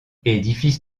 édifice